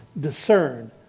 discern